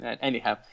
Anyhow